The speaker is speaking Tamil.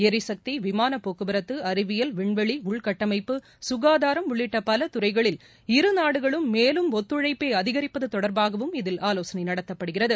எரிசக்தி விமானப் போக்குவரத்து அறிவியல் விண்வெளி உள்கட்டமைப்பு சுகாதாரம் உள்ளிட்ட பல துறைகளில் இருநாடுகளும் மேலும் ஒத்துழழப்பை அதிகரிப்பது தொடர்பாகவும் இதில் ஆவோசளை நடத்தப்படுகிறது